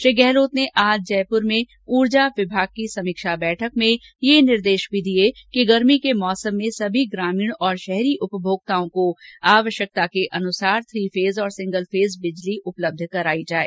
श्री गहलोत ने आज जयपुर में ऊर्जा विभाग की समीक्षा बैठक मेंये भी निर्देश दिए कि गर्मी के मौसम में सभी ग्रामीण और शहरी उपभोक्ताओं को आवश्यकता के अनुरूप थ्री फेज और सिंगल फेज बिजली उपलब्ध कराएं